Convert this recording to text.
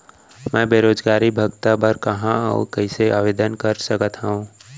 मैं बेरोजगारी भत्ता बर कहाँ अऊ कइसे आवेदन कर सकत हओं?